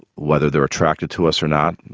whether they are attracted to us or not,